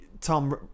Tom